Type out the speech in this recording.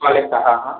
आलेत का हा हा